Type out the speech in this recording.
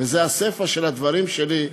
וזה הסיפה של הדברים שלי,